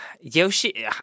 Yoshi